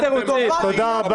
תודה רבה.